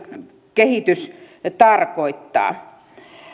kehitys tarkoittaa